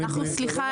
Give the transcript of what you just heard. זה לא נכון.